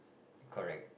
correct